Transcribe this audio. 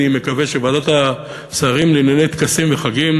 אני מקווה שוועדת השרים לענייני חגים וטקסים,